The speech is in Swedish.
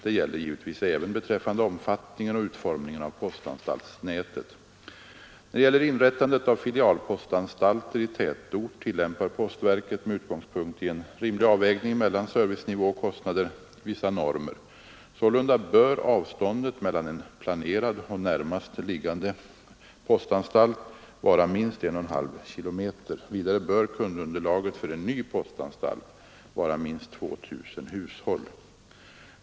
Detta gäller givetvis även beträffande omfattningen och utformningen av postanstaltsnätet. När det gäller inrättandet av filialpostanstalter i tätort tillämpar postverket — med utgångspunkt i en rimlig avvägning mellan servicenivå och kostnader — vissa normer. Sålunda bör avståndet mellan en planerad och närmast liggande postanstalt vara minst 1,5 km. Vidare bör kundunderlaget för en ny postanstalt vara minst 2 000 hushåll.